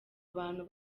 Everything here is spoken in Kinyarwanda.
abantu